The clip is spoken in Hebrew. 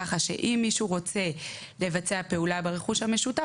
כך שאם מישהו רוצה לבצע פעולה ברכוש המשותף